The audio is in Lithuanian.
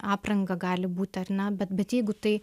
apranga gali būti a ne bet bet jeigu tai